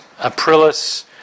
Aprilis